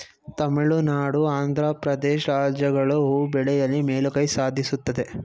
ತಮಿಳುನಾಡು, ಆಂಧ್ರ ಪ್ರದೇಶ್ ರಾಜ್ಯಗಳು ಹೂ ಬೆಳೆಯಲಿ ಮೇಲುಗೈ ಸಾಧಿಸುತ್ತದೆ